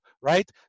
right